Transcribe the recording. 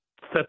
set